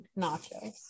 nachos